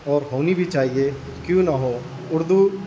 اور ہونی بھی چاہیے کیوں نہ ہو اردو